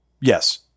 Yes